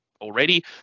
already